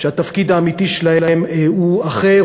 שהתפקיד האמיתי שלהן הוא אחר,